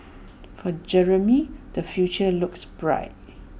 for Jeremy the future looks bright